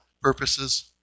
purposes